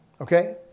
Okay